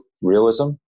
realism